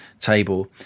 table